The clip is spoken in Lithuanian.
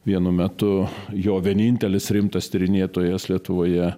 vienu metu jo vienintelis rimtas tyrinėtojas lietuvoje